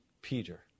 Peter